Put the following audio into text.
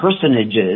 personages